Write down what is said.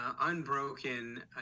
unbroken